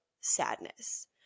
sadness